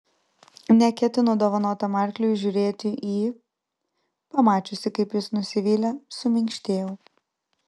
neketinu dovanotam arkliui žiūrėti į pamačiusi kaip jis nusivylė suminkštėjau